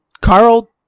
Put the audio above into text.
Carl